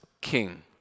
king